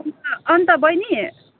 अन्त अन्त बहिनी